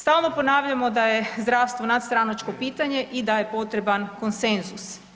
Stalno ponavljamo da je zdravstvo nadstranačko pitanje i da je potreban konsenzus.